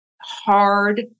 hard